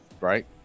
right